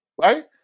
right